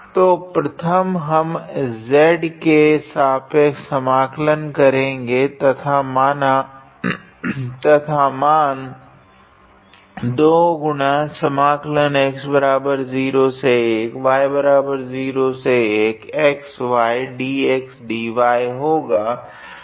तो प्रथम हम z के सापेक्ष समाकलन करेगे तथा मान होगा